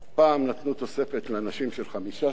פעם נתנו לאנשים תוספת של 5 שקלים.